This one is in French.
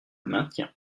maintiens